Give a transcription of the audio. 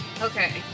Okay